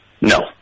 No